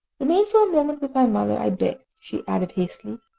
remain for a moment with my mother, i beg, she added hastily,